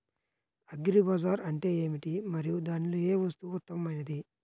Agri Bazaar అంటే ఏమిటి మరియు దానిలో ఏ వస్తువు ఉత్తమమైనది?